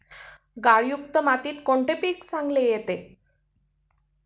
गाळयुक्त मातीत कोणते पीक चांगले येते?